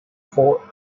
four